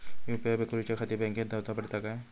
UPI करूच्याखाती बँकेत जाऊचा पडता काय?